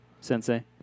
Sensei